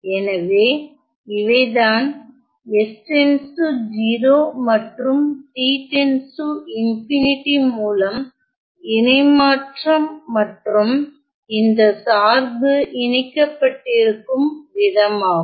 எனவே இவைதான் s → 0 மற்றும் t → மூலம் இணை மாற்றம்மற்றும் இந்த சார்பு இணைக்கப்பட்டிருக்கும் விதமாகும்